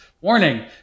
Warning